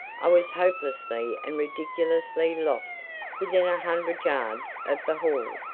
i was hopelessly and ridiculously lost within a hundred yards of the hall!